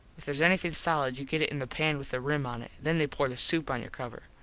if theres anything solid you get it in the pan with the rim on it. then they pour the soup on your cover.